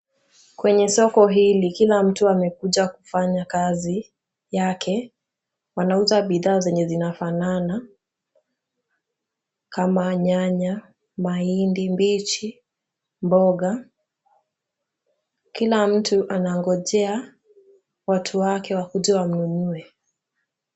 Kwenye soko hili, kila mtu amekuja kufanya kazi yake. Wanauza bidhaa zenye zinafanana kama nyanya, mahindi mbichi, mboga. Kila mtu anangojea watu wake wakuje wanunue.